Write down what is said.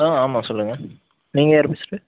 ஆ ஆமாம் சொல்லுங்கள் நீங்கள் யார் பேசுவது